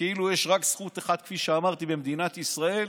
כאילו יש רק זכות אחת, כפי שאמרתי, במדינת ישראל.